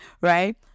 right